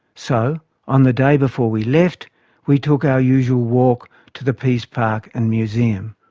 so on the day before we left we took our usual walk to the peace park and museum.